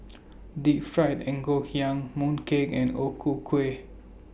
Deep Fried Ngoh Hiang Mooncake and O Ku Kueh